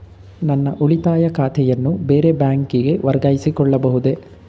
ನನ್ನ ಉಳಿತಾಯ ಖಾತೆಯನ್ನು ಬೇರೆ ಬ್ಯಾಂಕಿಗೆ ವರ್ಗಾಯಿಸಿಕೊಳ್ಳಬಹುದೇ?